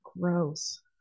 gross